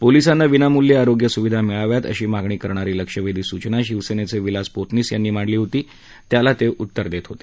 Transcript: पोलिसांना विनामूल्य आरोग्य सुविधा मिळाव्यात अशी मागणी करणारी लक्षवेधी सूचना शिवसेनेचे विलास पोतनीस यांनी मांडली होती या लक्षवेधी सूचनेला ते उत्तर देत होते